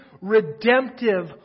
redemptive